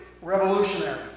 revolutionary